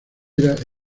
era